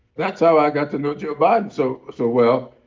that's how i got to know joe biden so so well.